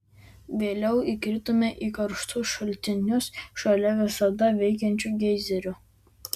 vėliau įkritome į karštus šaltinius šalia visada veikiančių geizerių